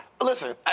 Listen